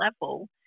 level